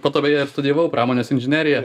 po to beje ir studijavau pramonės inžineriją